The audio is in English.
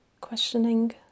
Questioning